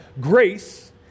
Grace